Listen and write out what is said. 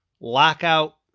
Lockout